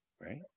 right